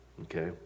Okay